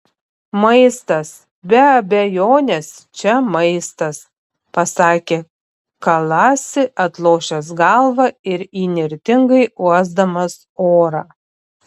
maistas be abejonės čia maistas pasakė kalasi atlošęs galvą ir įnirtingai uosdamas orą